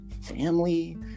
family